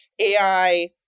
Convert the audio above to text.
AI